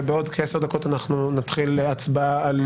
ובעוד כ-10 דקות אנחנו נתחיל הצבעה על